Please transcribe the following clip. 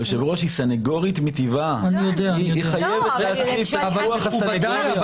אני לא אוותר פה על ההבנה.